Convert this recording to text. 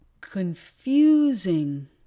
Confusing